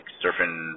surfing